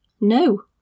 No